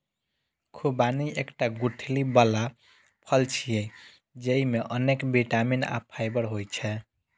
खुबानी एकटा गुठली बला फल छियै, जेइमे अनेक बिटामिन आ फाइबर होइ छै